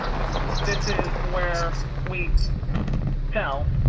and this is where we tell.